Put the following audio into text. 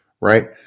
right